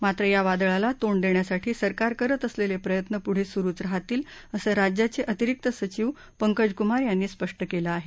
मात्र या वादळाला तोंड देण्यासाठी सरकार करत असलेले प्रयत्न पुढे सुरुच राहतील असं राज्याचे अतिरिक्त सचिव पंकजकुमार यांनी स्पष्ट केलं आहे